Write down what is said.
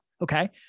Okay